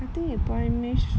I think you primary sc~